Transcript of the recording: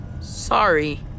Sorry